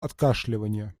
откашливание